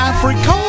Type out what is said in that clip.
Africa